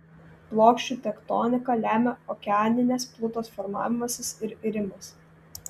plokščių tektoniką lemia okeaninės plutos formavimasis ir irimas